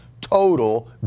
total